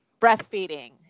Breastfeeding